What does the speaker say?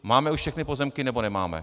Máme už všechny pozemky, nebo nemáme?